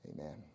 Amen